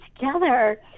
together